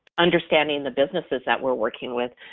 understanding the businesses that were working with,